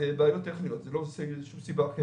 זה בגלל בעיות טכניות, לא משום סיבה אחרת.